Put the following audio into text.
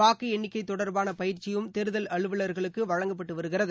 வாக்கு எண்ணிக்கை தொடர்பான பயிற்சியும் தேர்தல் அலுவலர்களுக்கு வழங்கப்பட்டு வருகிறது